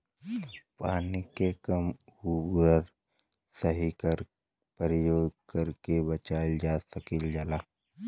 पानी के कम आउर सही से परयोग करके बचावल जा सकल जाला